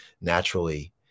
naturally